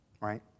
right